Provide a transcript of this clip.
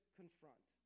confront